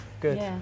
good